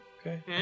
Okay